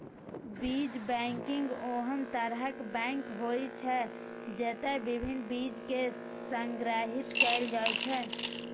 बीज बैंक ओहन तरहक बैंक होइ छै, जतय विभिन्न बीज कें संग्रहीत कैल जाइ छै